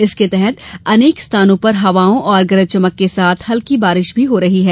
इसके तहत अनेक स्थानों पर हवाओं और गरज चमक के साथ हल्की बारिश भी हो रही है